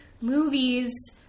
movies